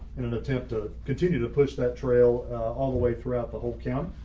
in an attempt to continue to push that trail all the way throughout the whole county